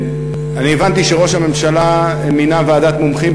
אני הבנתי שראש הממשלה מינה ועדת מומחים